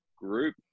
Group